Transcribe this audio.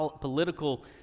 political